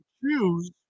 choose